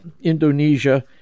Indonesia